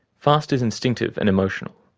fast is instinctive and emotional,